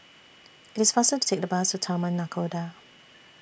IT IS faster to Take The Bus to Taman Nakhoda